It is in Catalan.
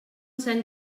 sant